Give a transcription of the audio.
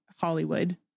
hollywood